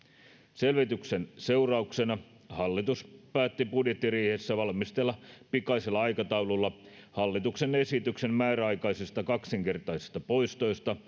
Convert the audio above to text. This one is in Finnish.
selvityksen seurauksena hallitus päätti budjettiriihessä valmistella pikaisella aikataululla hallituksen esityksen määräaikaisista kaksinkertaisista poistoista